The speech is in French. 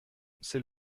c’est